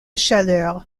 chaleur